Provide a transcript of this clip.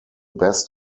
best